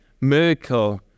miracle